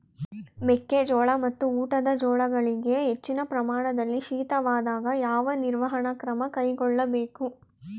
ಮೆಕ್ಕೆ ಜೋಳ ಮತ್ತು ಊಟದ ಜೋಳಗಳಿಗೆ ಹೆಚ್ಚಿನ ಪ್ರಮಾಣದಲ್ಲಿ ಶೀತವಾದಾಗ, ಯಾವ ನಿರ್ವಹಣಾ ಕ್ರಮ ಕೈಗೊಳ್ಳಬೇಕು?